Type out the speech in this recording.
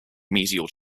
medial